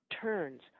turns